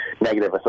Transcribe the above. negative